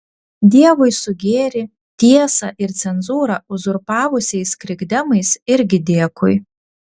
dievui su gėrį tiesą ir cenzūrą uzurpavusiais krikdemais irgi dėkui